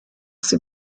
sie